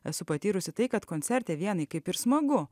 esu patyrusi tai kad koncerte vienai kaip ir smagu